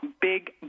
big